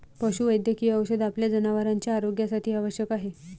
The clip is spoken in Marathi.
पशुवैद्यकीय औषध आपल्या जनावरांच्या आरोग्यासाठी आवश्यक आहे